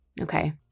Okay